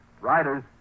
Riders